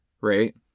Right